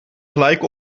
gelijk